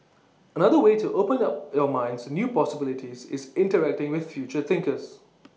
another way to open our your minds to new possibilities is interacting with future thinkers